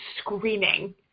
screaming